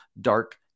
dark